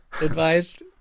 advised